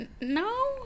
no